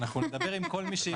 אנחנו נדבר עם כל מי שירצה.